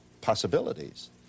possibilities